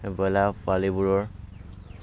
broiler পোৱালিবোৰৰ